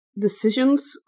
decisions